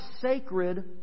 sacred